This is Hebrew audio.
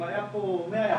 אולי גם